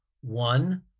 One